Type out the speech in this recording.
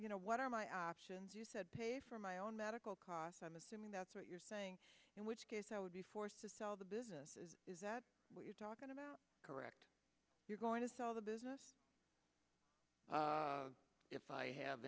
you know what are my options you said pay for my own medical costs i'm assuming that's what you're saying in which case i would be forced to sell the business is that what you're talking about correct you're going to sell the business if i have